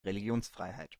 religionsfreiheit